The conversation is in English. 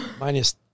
minus